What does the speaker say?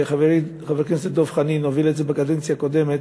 חברי חבר הכנסת דב חנין הוביל את זה בקדנציה הקודמת,